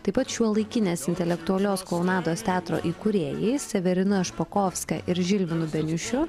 taip pat šiuolaikinės intelektualios klounados teatro įkūrėjais severina špakovska ir žilvinu beniušiu